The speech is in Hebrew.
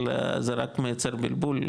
אבל זה רק מייצר בלבול,